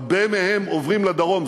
הרבה מהם עוברים לדרום.